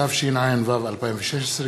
התשע"ו 2016,